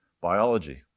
biology